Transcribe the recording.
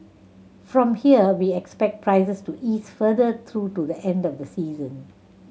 from here we expect prices to ease further through to the end of the season